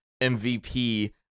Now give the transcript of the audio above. MVP